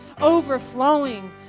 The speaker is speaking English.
overflowing